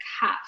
half